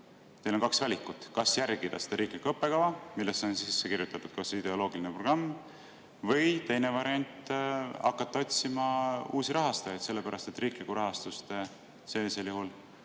teil on kaks valikut, kas järgida seda riiklikku õppekava, millesse on sisse kirjutatud ideoloogiline programm, või teine variant, hakata otsima uusi rahastajaid, sellepärast et riiklikku rahastust sellisel juhul